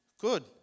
Good